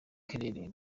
claire